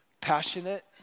passionate